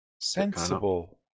Sensible